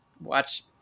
watch